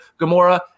Gamora